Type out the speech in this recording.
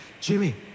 Jimmy